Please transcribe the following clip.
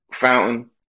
Fountain